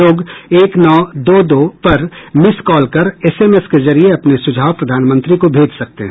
लोग एक नौ दो दो पर मिस कॉल कर एसएमएस के जरिए अपने सुझाव प्रधानमंत्री को भेज सकते हैं